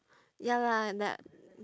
ya lah